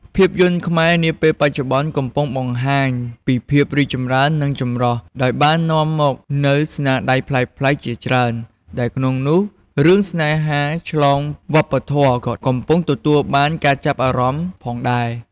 ភាពយន្តខ្មែរនាពេលបច្ចុប្បន្ន កំពុងបង្ហាញពីភាពរីកចម្រើន និងចម្រុះ ដោយបាននាំមកនូវស្នាដៃប្លែកៗជាច្រើន ដែលក្នុងនោះរឿងស្នេហាឆ្លងវប្បធម៌ក៏កំពុងទទួលបានការចាប់អារម្មណ៍ផងដែរ ។